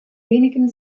wenigen